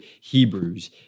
Hebrews